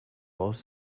both